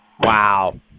Wow